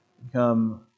become